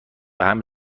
بهم